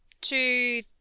two